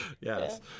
yes